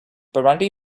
burundi